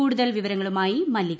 കൂടുതൽ വിവരങ്ങളുമായി മല്ലിക